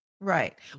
Right